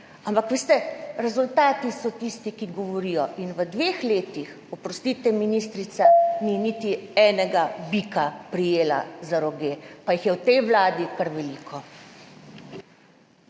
ampak veste, rezultati so tisti, ki govorijo in v dveh letih, oprostite, ministrica ni niti enega bika prijela za roge, pa jih je v tej vladi kar veliko.